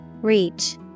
reach